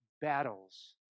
battles